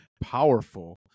powerful